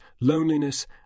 loneliness